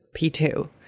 P2